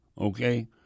Okay